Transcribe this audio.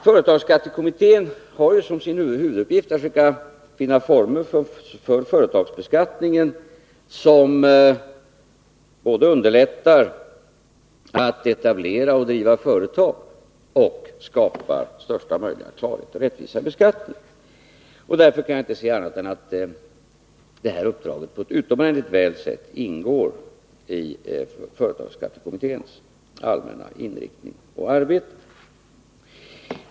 Företagsskattekommittén har som sin huvuduppgift att försöka finna former för företagsbeskattningen som både underlättar att etablera och driva företag och skapar största möjliga klarhet och rättvisa i beskattningen. Därför kan jag inte se annat än att det här uppdraget utomordentligt väl överensstämmer med den allmänna inriktningen i företagsskattekommitténs arbete.